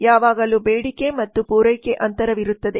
ಯಾವಾಗಲೂ ಬೇಡಿಕೆ ಮತ್ತು ಪೂರೈಕೆ ಅಂತರವಿರುತ್ತದೆ